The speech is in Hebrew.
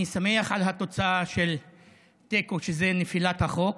אני שמח על התוצאה של תיקו, שזה נפילת החוק.